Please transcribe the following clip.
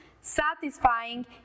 satisfying